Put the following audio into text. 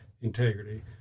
integrity